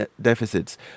deficits